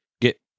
get